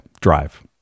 drive